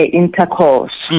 intercourse